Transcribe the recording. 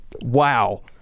Wow